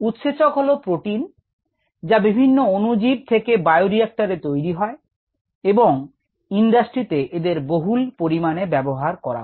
উৎসেচক হলো প্রোটিন যা বিভিন্ন অণুজীব থেকে বায়ো রিয়্যাক্টরে তৈরী হয় এবং ইন্ডাস্ট্রিতে এদের বহুল পরিমাণে ব্যবহার করা হয়